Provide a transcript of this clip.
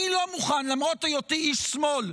אני לא מוכן, למרות היותי איש שמאל,